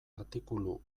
artikulu